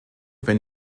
wenn